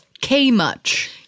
K-Much